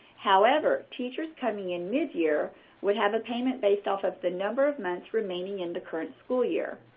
however, teachers coming in midyear would have a payment based off of the number of months remaining in the current school year.